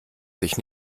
sich